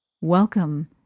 Welcome